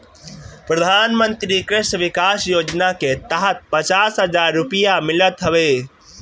प्रधानमंत्री कृषि विकास योजना के तहत पचास हजार रुपिया मिलत हवे